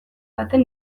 baten